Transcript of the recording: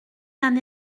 d’un